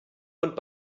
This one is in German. und